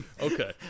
Okay